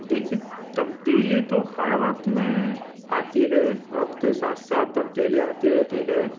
دیکھیے تبدیلی تو ہر وقت میں آتی ہے وقت کے ساتھ ساتھ تبدیلی آتی رہتی ہے